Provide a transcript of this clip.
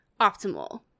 optimal